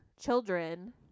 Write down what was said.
children